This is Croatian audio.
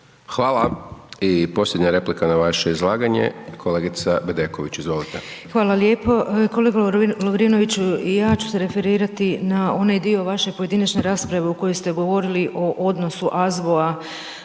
Hvala. I posljednja replika na vaše izlaganje, kolegica Bedeković. Izvolite. **Bedeković, Vesna (HDZ)** Hvala lijepo. Kolega Lovrinović, i ja ću se referirati na onaj dio vaše pojedinačne rasprave u kojoj ste govorili o odnosu AZGO-a